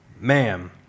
ma'am